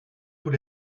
tous